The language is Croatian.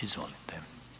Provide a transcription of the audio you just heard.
Izvolite.